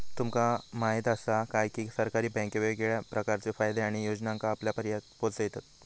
तुमका म्हायत आसा काय, की सरकारी बँके वेगवेगळ्या प्रकारचे फायदे आणि योजनांका आपल्यापर्यात पोचयतत